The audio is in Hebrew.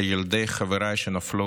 על ילדי חבריי שנפלו,